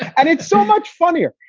and it's so much funnier.